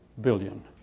billion